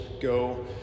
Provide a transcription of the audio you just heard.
go